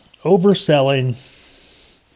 Overselling